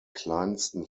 kleinsten